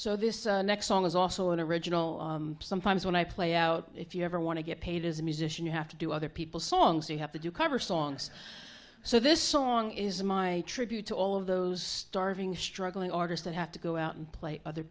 so this next song is also an original sometimes when i play out if you ever want to get paid as a musician you have to do other people's songs you have to do cover songs so this song is my tribute to all of those starving struggling artists that have to go out and play other